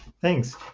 Thanks